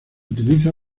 utiliza